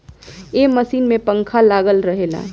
ए machine में पंखा लागल रहेला